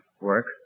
work